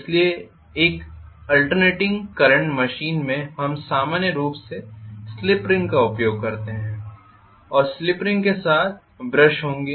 इसलिए एक alternating current machine में हम सामान्य रूप से स्लिप रिंग का उपयोग करते हैं और स्लिप रिंग के साथ ब्रश होंगे